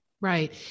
Right